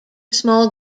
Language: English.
small